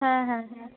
হ্যাঁ হ্যাঁ হ্যাঁ